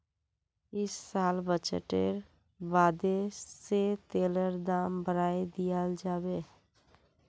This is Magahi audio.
इस साल बजटेर बादे से तेलेर दाम बढ़ाय दियाल जाबे